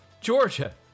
Georgia